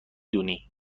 دونی